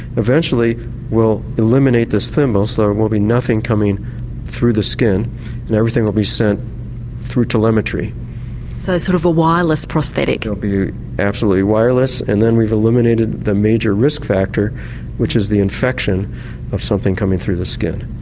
eventually we'll eliminate this thimble so there will be nothing coming through the skin and everything will be sent through telemetry so it's sort of a wireless prosthetic? it will be absolutely wireless. and then we've eliminated the major risk factor which is the infection of something coming through the skin.